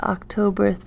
October